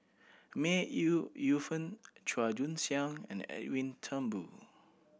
May Yu Fen Chua Joon Siang and Edwin Thumboo